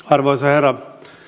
arvoisa herra